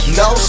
no